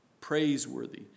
praiseworthy